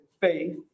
faith